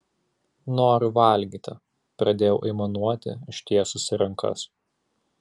noriu valgyti pradėjau aimanuoti ištiesusi rankas